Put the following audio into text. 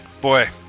Boy